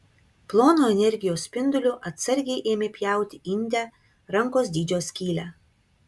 plonu energijos spinduliu atsargiai ėmė pjauti inde rankos dydžio skylę